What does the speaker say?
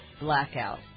blackout